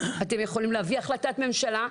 אתם יכולים להביא החלטת ממשלה,